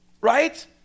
right